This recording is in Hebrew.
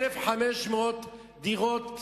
1,500 דירות באריאל,